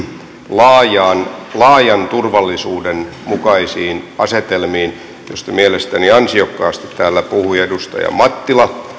laajan laajan turvallisuuden mukaisiin asetelmiin mistä mielestäni ansiokkaasti täällä puhui edustaja mattila